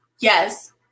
Yes